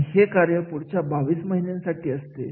आणि हे कार्य पुढच्या 22 महिन्यांसाठी असते